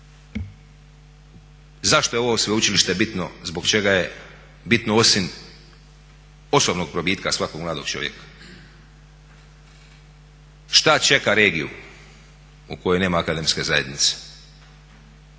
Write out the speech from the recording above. Zašto je ovo sveučilište bitno, zbog čega je bitno osim osobnog probitka svakog mladog čovjeka? Što čeka regiju u kojoj nema akademske zajednice?